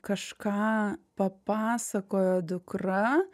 kažką papasakojo dukra